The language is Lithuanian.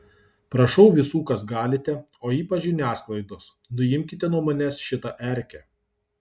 prašau visų kas galite o ypač žiniasklaidos nuimkite nuo manęs šitą erkę